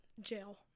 Jail